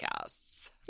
podcasts